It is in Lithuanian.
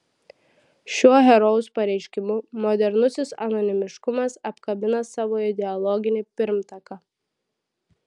šiuo herojaus pareiškimu modernusis anonimiškumas apkabina savo ideologinį pirmtaką